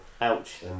Ouch